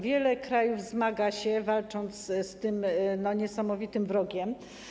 Wiele krajów zmaga się, walcząc z tym niesamowitym wrogiem.